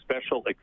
special